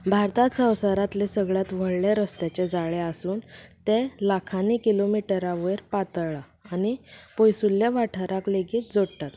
भारतांत संवसारांतलें सगळ्यांत व्हडलें रस्त्याचें जाळें आसून तें लाखांनी किलोमिटरां वयर पातळ्ळां आनी पयसुल्ल्या वाठारांक लेगीत जोडटा